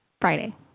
Friday